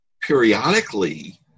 periodically